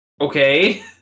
Okay